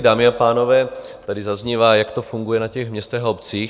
Dámy a pánové, tady zaznívá, jak to funguje na městech a obcích.